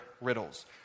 riddles